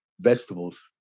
vegetables